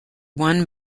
won